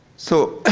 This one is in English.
so,